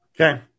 Okay